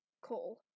call